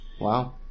Wow